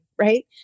right